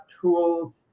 tools